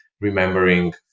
remembering